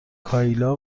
کایلا